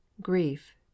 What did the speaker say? grief